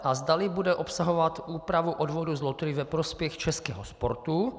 A zdali bude obsahovat úpravu odvodu z loterií ve prospěch českého sportu.